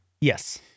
Yes